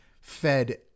fed